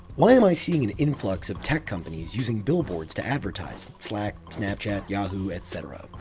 why am i seeing an influx of tech companies using billboards to advertise? slack, snapchat, yahoo, et cetera. um.